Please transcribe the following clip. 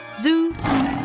Zoo